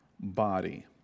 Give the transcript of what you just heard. body